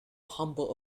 humble